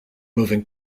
moving